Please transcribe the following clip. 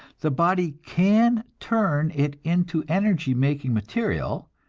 the body can turn it into energy-making material,